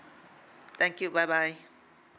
thank you bye bye